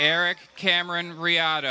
eric cameron riyad